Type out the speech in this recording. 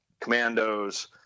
Commandos